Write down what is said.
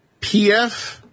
PF